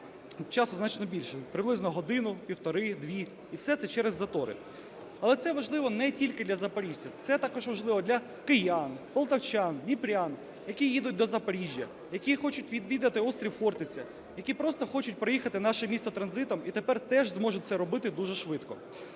часу значно більше (приблизно годину, півтори, дві), і все це через затори. Але це важливо не тільки для запоріжців, це також важливо для киян, полтавчан, дніпрян, які їдуть до Запоріжжя, які хочуть відвідати острів Хортиця, які просто хочуть проїхати наше місто транзитом, і тепер теж зможуть це робити дуже швидко.